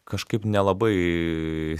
kažkaip nelabai